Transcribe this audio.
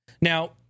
Now